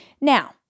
Now